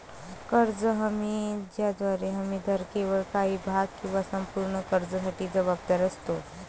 कर्ज हमी ज्याद्वारे हमीदार केवळ काही भाग किंवा संपूर्ण कर्जासाठी जबाबदार असतो